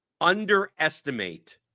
underestimate